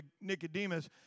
Nicodemus